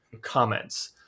comments